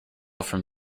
from